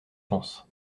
pense